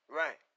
right